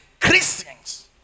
Christians